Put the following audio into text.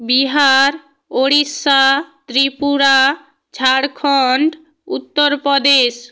Bihar Odisha Tripura Jharkhand Uttar Pradesh